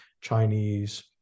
Chinese